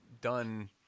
done